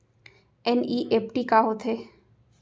NEFT का होथे?